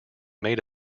made